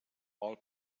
all